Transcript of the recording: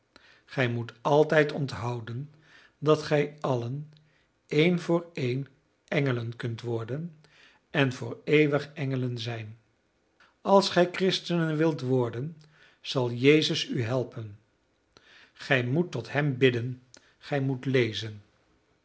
gij moet altijd onthouden dat gij allen een voor een engelen kunt worden en voor eeuwig engelen zijn als gij christenen wilt worden zal jezus u helpen gij moet tot hem bidden gij moet lezen